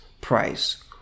price